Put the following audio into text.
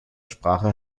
sprache